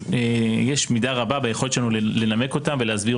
יש מידה רבה ביכולת שלנו לנמק אותן ולהסביר